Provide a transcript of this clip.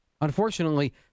Unfortunately